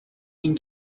این